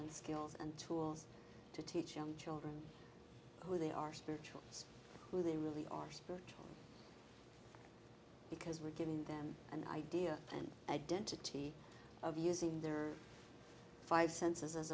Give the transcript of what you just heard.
and skills and tools to teach young children who they are spiritual who they really are screwed because we're giving them an idea an identity of using their five senses as